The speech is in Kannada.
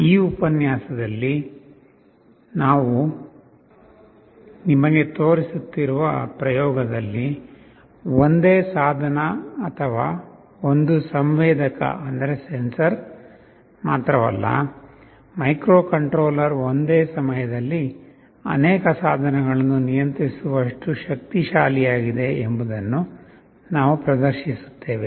ಈ ಉಪನ್ಯಾಸದಲ್ಲಿ ನಾವು ನಿಮಗೆ ತೋರಿಸುತ್ತಿರುವ ಪ್ರಯೋಗದಲ್ಲಿ ಒಂದೇ ಸಾಧನ ಅಥವಾ ಒಂದು ಸಂವೇದಕ ಮಾತ್ರವಲ್ಲ ಮೈಕ್ರೊಕಂಟ್ರೋಲರ್ ಒಂದೇ ಸಮಯದಲ್ಲಿ ಅನೇಕ ಸಾಧನಗಳನ್ನು ನಿಯಂತ್ರಿಸುವಷ್ಟು ಶಕ್ತಿಶಾಲಿಯಾಗಿದೆ ಎಂಬುದನ್ನು ನಾವು ಪ್ರದರ್ಶಿಸುತ್ತೇವೆ